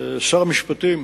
שר המשפטים